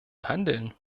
handeln